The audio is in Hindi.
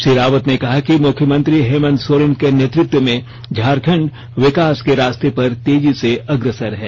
श्री रावत ने कहा कि मुख्यमंत्री हेमंत सोरेन के नेतृत्व में झारखंड विकास के रास्ते पर तेजी से अग्रसर है